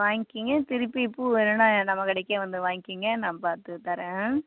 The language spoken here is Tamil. வாங்கிக்கோங்க திருப்பி பூ வேணும்னா நம்ம கடைக்கே வந்து வாங்கிக்கோங்க நான் பார்த்து தரேன் ஆ